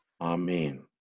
Amen